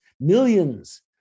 millions